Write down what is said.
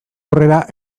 aurrera